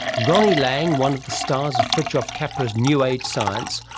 ronnie laing, one of the stars of fritjof capra's new age science,